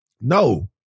No